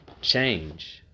change